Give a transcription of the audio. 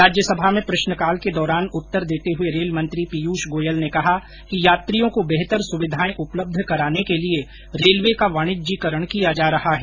राज्यसभा में प्रश्नकाल के दौरान उत्तर देते हुए रेल मंत्री पीयूष गोयल ने कहा कि यात्रियों को बेहतर सुविधाएं उपलब्ध कराने के लिए रेलवे का वाणिज्यिकरण किया जा रहा है